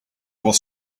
was